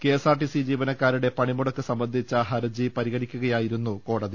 KSRTC ജീവനക്കാരുടെ പണിമുടക്ക് സംബന്ധിച്ച ഹർജി പരിഗണിക്കുകയായിരുന്നു കോടതി